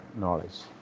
knowledge